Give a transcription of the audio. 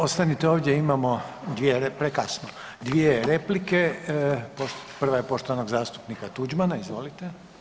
Ostanite ovdje imamo dvije, prekasno, dvije replike, prva je poštovanog zastupnika Tuđmana, izvolite.